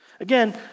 Again